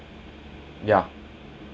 ya